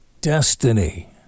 destiny